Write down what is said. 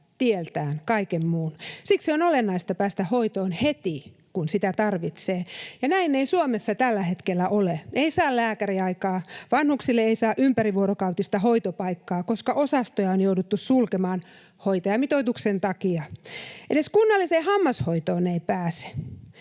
tieltään kaiken muun. Siksi on olennaista päästä hoitoon heti, kun sitä tarvitsee, ja näin ei Suomessa tällä hetkellä ole. Ei saa lääkäriaikaa. Vanhuksille ei saa ympärivuorokautista hoitopaikkaa, koska osastoja on jouduttu sulkemaan hoitajamitoituksen takia. Edes kunnalliseen hammashoitoon ei pääse.